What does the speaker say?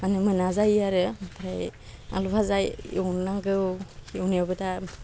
मानो मोना जायो आरो ओमफ्राय आलु फाजा एवनांगौ एवनायावबो दा